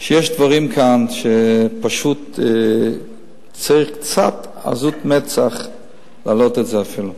שיש דברים כאן שפשוט צריך קצת עזות מצח להעלות אותם אפילו.